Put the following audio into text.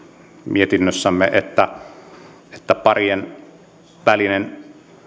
mietinnössämme että parien välinen